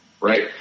Right